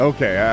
Okay